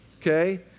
okay